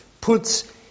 puts